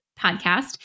podcast